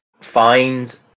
find